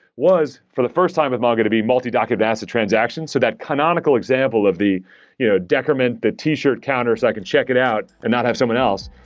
was for the first time of mongodb, multi-document acid transactions. so that canonical example of the you know decrement, the t-shirt counter so i can check it out and not have someone else,